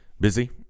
busy